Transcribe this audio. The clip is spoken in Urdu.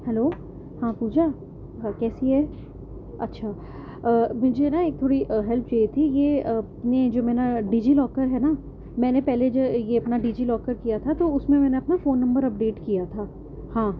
ہلو ہاں پوجا ہاں کیسی ہے اچھا مجھے نا ایک تھوڑی ہیلپ چاہیے تھی یہ اپنے جو میں نا ڈیجی لاکر ہے نا میں نے پہلے جو یہ اپنا ڈیجی لاکر کیا تھا تو اس میں میں نے اپنا فون نمبر اپڈیٹ کیا تھا ہاں